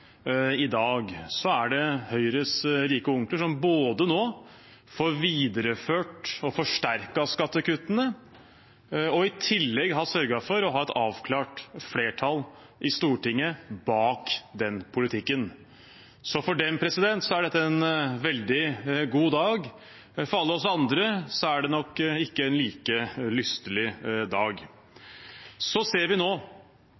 i dag, er det Høyres rike onkler, som nå både får videreført og forsterket skattekuttene og i tillegg har sørget for å ha et avklart flertall i Stortinget bak den politikken. Så for dem er dette en veldig god dag, men for alle oss andre er det nok ikke en like lystelig dag. Vi ser nå